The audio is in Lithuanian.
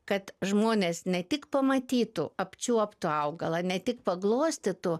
kad žmonės ne tik pamatytų apčiuoptų augalą ne tik paglostytų